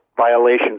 violations